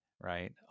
right